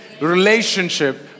relationship